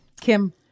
Kim